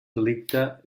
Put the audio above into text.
delicte